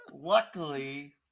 Luckily